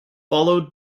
followed